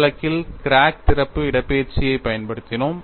முதல் வழக்கில் கிராக் திறப்பு இடப்பெயர்ச்சியைப் பயன்படுத்தினோம்